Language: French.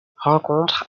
rencontre